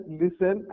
listen